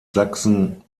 sachsen